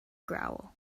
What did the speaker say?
growl